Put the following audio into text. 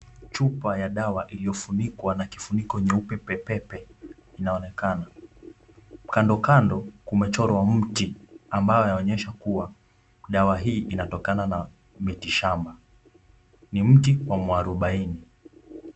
Chupa ya dawa iliyofunkwa na kifuniko nyeupe pepepe inaonekana. Kando kando imechorwa mti ambayo yaonyesha kuwa dawa hii inatokana na miti shamba, ni mti wa muarubaini.